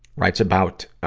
writes about, ah,